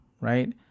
right